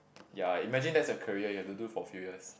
ya imagine that's a career you have to do for a few years